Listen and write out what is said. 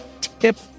tip